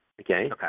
Okay